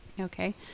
Okay